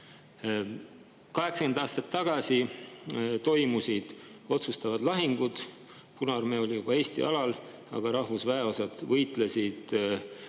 80 aastat tagasi toimusid otsustavad lahingud. Punaarmee oli juba Eesti alal, aga rahvusväeosad võitlesid